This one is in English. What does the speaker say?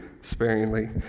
sparingly